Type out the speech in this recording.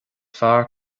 fearr